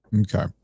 okay